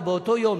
או באותו היום,